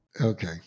Okay